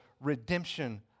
redemption